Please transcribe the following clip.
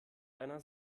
deiner